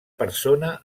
persona